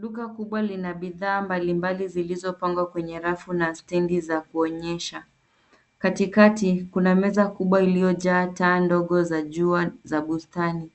Duka kubwa lina bidhaa mbali mbali zilizopangwa kwenye rafu na stendi zakuonyesha. Katikati kuna meza kubwa iliyojaa taa ndogo za jua za bustani